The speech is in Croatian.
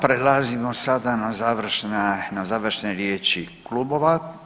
Prelazimo sada na završne riječi klubova.